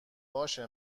باشه